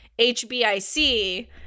HBIC